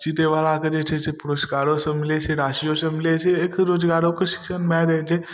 जीतैवलाके जे छै से पुरस्कारोसब मिलै छै राशिओसब मिलै छै एक रोजगारोके सृजन भऽ जाइ छै